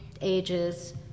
ages